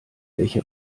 welche